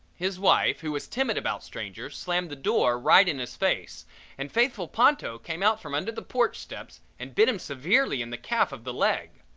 his wife who was timid about strangers, slammed the door right in his face and faithful ponto came out from under the porch steps and bit him severely in the calf of the leg.